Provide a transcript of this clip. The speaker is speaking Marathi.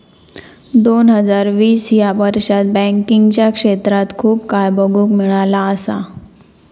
दोन हजार वीस ह्या वर्षात बँकिंगच्या क्षेत्रात खूप काय बघुक मिळाला असा